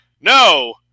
No